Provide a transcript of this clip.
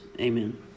Amen